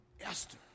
Esther